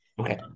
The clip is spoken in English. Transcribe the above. Okay